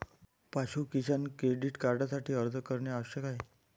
पाशु किसान क्रेडिट कार्डसाठी अर्ज करणे आवश्यक आहे